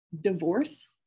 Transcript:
divorce